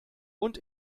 und